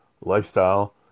lifestyle